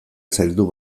zaildu